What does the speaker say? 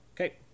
Okay